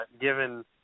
given